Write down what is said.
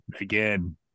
again